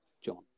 John